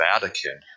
Vatican